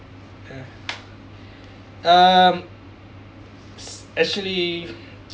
ya um actually